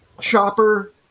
chopper